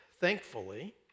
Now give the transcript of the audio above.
thankfully